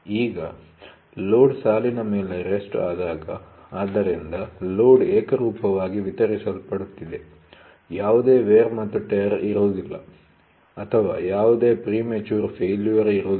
ಈಗ ಲೋಡ್ ಸಾಲಿನ ಮೇಲೆ ರೆಸ್ಟ್ ಆದಾಗ ಆದ್ದರಿಂದ ಲೋಡ್ ಏಕರೂಪವಾಗಿ ವಿತರಿಸಲ್ಪಡುತ್ತಿದೆ ಯಾವುದೇ ವೇರ್ ಮತ್ತು ಟೇರ್ ಇರುವುದಿಲ್ಲ ಅಥವಾ ಯಾವುದೇ ಪ್ರಿಮೆಚೂರ್ ಫೇಲ್ಯೂರ್ ಇರುವುದಿಲ್ಲ